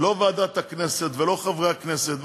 לא ועדת הכנסת ולא חברי הכנסת.